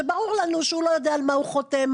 שברור לנו שהוא לא יודע על מה הוא חותם,